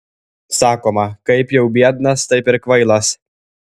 sakoma kaip jau biednas taip ir kvailas